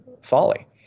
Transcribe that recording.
folly